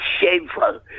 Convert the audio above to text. shameful